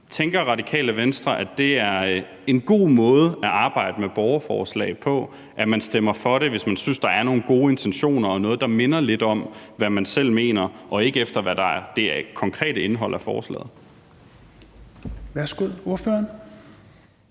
Tænker Radikale Venstre, at det er en god måde at arbejde med et borgerforslag på, at man stemmer for det, hvis man synes, at der er nogle gode intentioner i det og noget, der minder lidt om, hvad man selv mener, og at man ikke stemmer efter, hvad der er det konkrete indhold af forslaget?